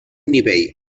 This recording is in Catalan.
nivell